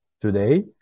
today